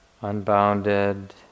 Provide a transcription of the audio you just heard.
unbounded